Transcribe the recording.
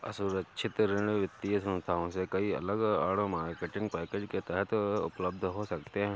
असुरक्षित ऋण वित्तीय संस्थानों से कई अलग आड़, मार्केटिंग पैकेज के तहत उपलब्ध हो सकते हैं